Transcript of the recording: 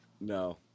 No